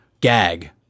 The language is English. gag